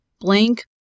blank